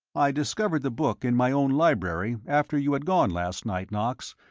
i discovered the book in my own library after you had gone last night, knox,